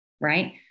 right